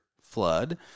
flood